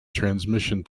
transmission